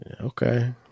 Okay